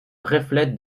reflète